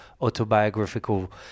autobiographical